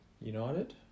United